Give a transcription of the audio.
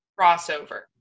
crossover